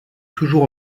toujours